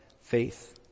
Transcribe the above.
faith